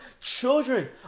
children